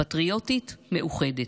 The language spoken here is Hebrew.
פטריוטית, מאוחדת.